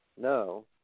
No